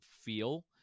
feel